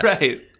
Right